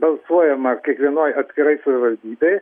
balsuojama kiekvienoj atskirai savivaldybėj